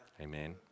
Amen